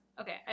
okay